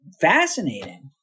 fascinating